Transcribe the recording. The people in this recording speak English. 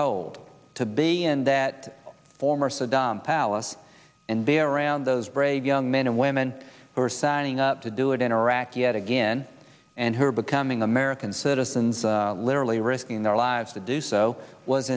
old to be in that former saddam palace and there around those brave young men and women who are signing up to do it in iraq yet again and who are becoming american citizens literally risking their lives to do so was